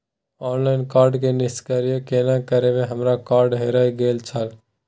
Online card के निष्क्रिय केना करबै हमर कार्ड हेराय गेल छल?